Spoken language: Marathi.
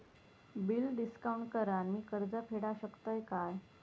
बिल डिस्काउंट करान मी कर्ज फेडा शकताय काय?